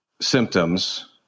symptoms